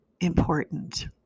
important